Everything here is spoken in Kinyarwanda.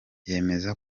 yemeza